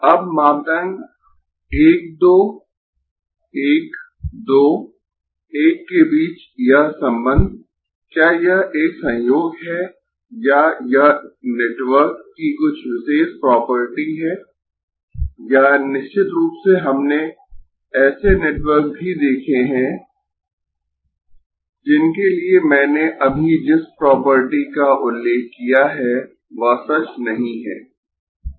अब मापदंड 1 2 1 2 1 के बीच यह संबंध क्या यह एक संयोग है या यह नेटवर्क की कुछ विशेष प्रॉपर्टी है या निश्चित रूप से हमने ऐसे नेटवर्क भी देखे है जिनके लिए मैंने अभी जिस प्रॉपर्टी का उल्लेख किया है वह सच नहीं है